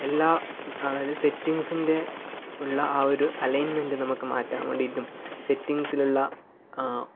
എല്ലാ അതായത് സെറ്റിംഗ്സിൻ്റെ ഉള്ള ആ ഒരു അലൈൻമെന്റ് നമുക്കു മാറ്റാൻ വേണ്ടിയിട്ടും സെറ്റിംഗ്സിൽ ഉള്ള